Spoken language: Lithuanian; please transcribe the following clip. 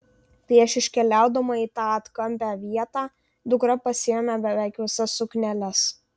prieš iškeliaudama į tą atkampią vietą dukra pasiėmė beveik visas sukneles